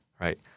right